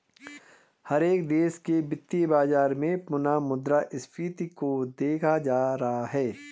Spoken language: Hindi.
हर एक देश के वित्तीय बाजार में पुनः मुद्रा स्फीती को देखा जाता रहा है